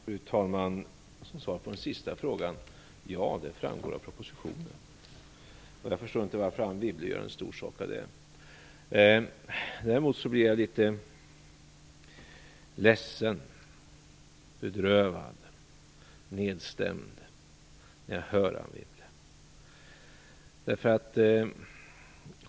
Fru talman! Svaret på den sistställda frågan är ja, det framgår av propositionen. Jag förstår inte varför Anne Wibble gör en stor sak av det. Däremot blir jag litet ledsen, bedrövad, nedstämd när jag hör Anne Wibble.